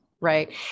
right